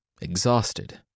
Exhausted